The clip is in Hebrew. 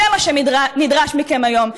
זה מה שנדרש מכם היום,